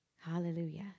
Hallelujah